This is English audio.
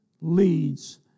leads